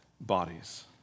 bodies